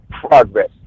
progress